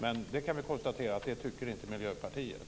Men vi kan konstatera att det tycker inte Miljöpartiet.